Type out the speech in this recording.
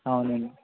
అవునండి